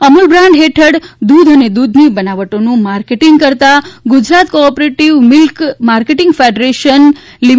Amul brand હેઠળ દૂધ અને દૂધની બનાવટોનું માર્કેટિંગ કરતાં Gujarat cooperative milk marketing federation લિ